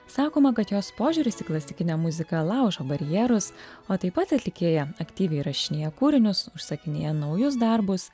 sakoma kad jos požiūris į klasikinę muziką laužo barjerus o taip pat atlikėja aktyviai įrašinėja kūrinius užsakinėja naujus darbus